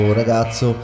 ragazzo